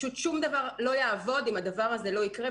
שום דבר לא יעבוד אם הדבר הזה לא יקרה.